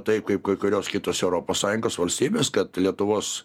taip kaip kai kurios kitos europos sąjungos valstybės kad lietuvos